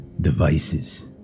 Devices